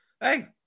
Hey